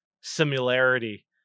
similarity